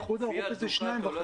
פיאט דוקאטו,